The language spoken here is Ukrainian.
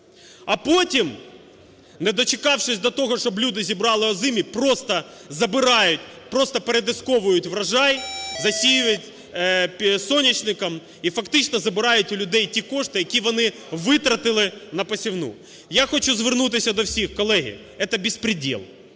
А потім, не дочекавшись до того, щоб люди зібрали озимі, просто забирають, просто передисковують врожай, засіюють соняшником і фактично забирають у людей ті кошти, які вони витратили на посівну. Я хочу звернутися до всіх, колеги, это беспредел,